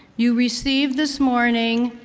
you received this morning,